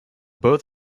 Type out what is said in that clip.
both